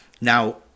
Now